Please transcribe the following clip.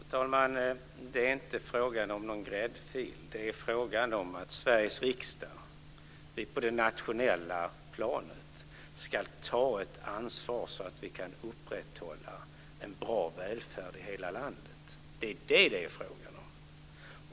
Fru talman! Det är inte frågan om någon gräddfil. Det är frågan om att Sveriges riksdag på det nationella planet ska ta ett ansvar så att vi kan upprätthålla en bra välfärd i hela landet. Det är det det är frågan om.